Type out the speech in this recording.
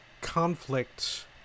conflict